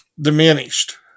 diminished